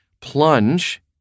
plunge